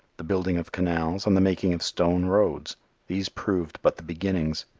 the building of canals and the making of stone roads these proved but the beginnings.